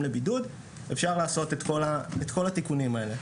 לבידוד אפשר לעשות את כל התיקונים האלה.